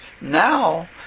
now